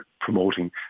promoting